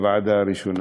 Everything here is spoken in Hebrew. בוועדה הראשונה?